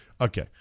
Okay